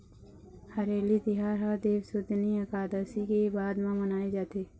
हरेली तिहार ह देवसुतनी अकादसी के बाद म मनाए जाथे